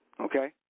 Okay